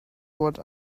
what